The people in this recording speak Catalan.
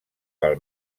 pel